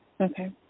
Okay